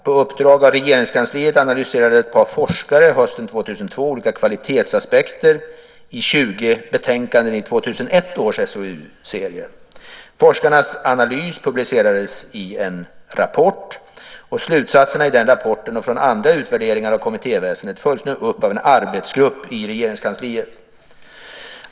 På uppdrag av Regeringskansliet analyserade ett par forskare hösten 2002 olika kvalitetsaspekter i 20 betänkanden i 2001 års SOU-serie. Forskarnas analys publicerades i en rapport . Slutsatserna i den rapporten och från andra utvärderingar av kommittéväsendet följs nu upp av en arbetsgrupp i Regeringskansliet.